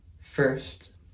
first